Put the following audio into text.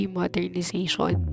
modernization